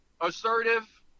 assertive